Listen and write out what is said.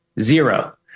zero